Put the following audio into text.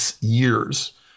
years